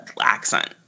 accent